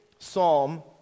Psalm